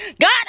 God